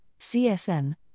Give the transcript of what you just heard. CSN